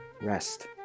rest